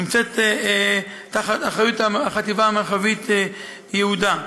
נמצאת באחריות החטיבה המרחבית יהודה.